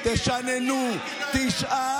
תשננו: 9 מיליארד שקלים.